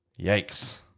Yikes